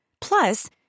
Plus